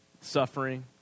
suffering